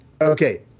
Okay